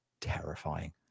terrifying